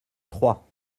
trois